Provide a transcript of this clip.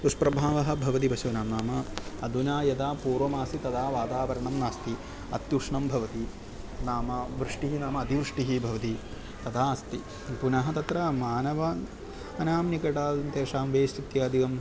दुष्प्रभावः भवति पशूनां नाम अधुना यदा पूर्वमासीत् तदा वातावरणं नास्ति अत्युष्णं भवति नाम वृष्टिः नाम अतिवृष्टिः भवति तदा अस्ति पुनः तत्र मानवानां निकटान् तेषां वेस्ट् इत्यादिकं